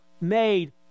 made